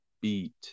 beat